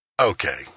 okay